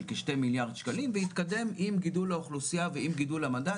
כ-2 מיליארד שקלים והתקדם עם גידול האוכלוסייה ועם גידול המדד,